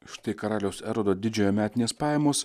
štai karaliaus erodo didžiojo metinės pajamos